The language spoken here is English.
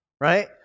right